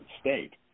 state